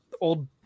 old